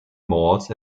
malls